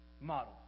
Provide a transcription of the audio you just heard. model